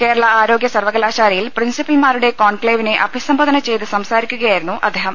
കേരള ആ രോഗ്യ സർവ്വകലാശാലയിൽ പ്രിൻസിപ്പൽമാരുടെ കോൺക്ലേവിനെ അഭി സംബോധന ചെയ്തു സംസാരിക്കുകയായിരുന്നു അദ്ദേഹം